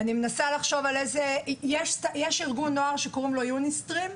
יש ארגון נוער שנקרא "יוניסטרים"